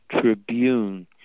Tribune